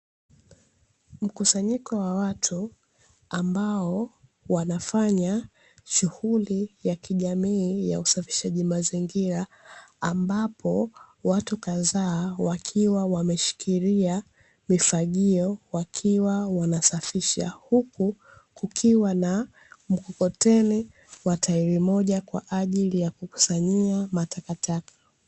Mkusanyiko wa watu ambao wanafanya shughuli ya kijamii ya usafishaji mazingira, ambapo watu kadhaa wakiwa wameshikilia mifagio wakiwa wanasafisha, huku kukiwa na mkokoteni wa tairi moja kwa ajili ya kukusanyia matakataka.